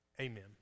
Amen